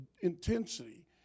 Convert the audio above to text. intensity